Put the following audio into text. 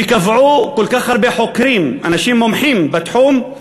וקבעו כל כך הרבה חוקרים, אנשים מומחים בתחום,